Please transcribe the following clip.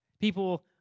People